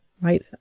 Right